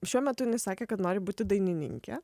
šiuo metu jinai sakė kad nori būti dainininkė